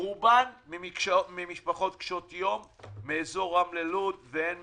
רובם ממשפחות קשות יום מאזור רמלה לוד והן מהפריפריה.